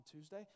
Tuesday